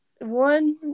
one